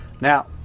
Now